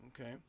Okay